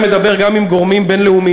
כאשר אני מדבר גם עם גורמים בין-לאומיים,